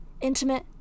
intimate